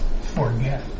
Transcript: forget